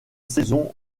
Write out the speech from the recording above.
saison